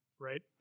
right